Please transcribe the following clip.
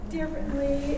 Differently